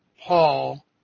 Paul